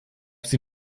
sie